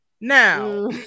Now